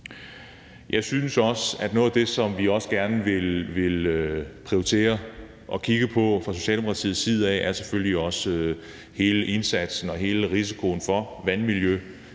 rigtig spændende. Noget af det, vi også gerne vil prioritere at kigge på fra Socialdemokratiets side, er selvfølgelig hele indsatsen for og hele risikoen for vandmiljøet.